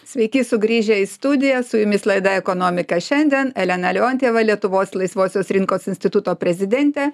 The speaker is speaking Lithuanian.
sveiki sugrįžę į studiją su jumis laida ekonomika šiandien elena leontjeva lietuvos laisvosios rinkos instituto prezidentė